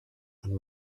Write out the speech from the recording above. and